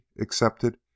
accepted